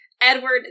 Edward